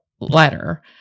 letter